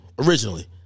Originally